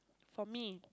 for me